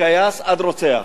מכייס עד רוצח.